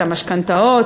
את המשכנתאות,